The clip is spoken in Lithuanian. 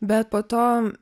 bet po to